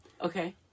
Okay